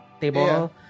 table